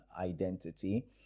identity